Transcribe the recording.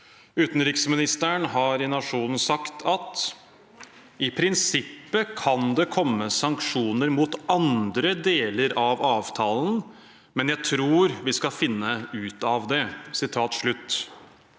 Utenriksministeren har i Nationen sagt at «I prinsippet kan det komme sanksjoner mot andre deler av avtalen, men jeg tror vi skal finne ut av det».